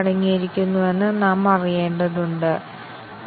അതിനാൽ decision coverage നേടാനാവില്ല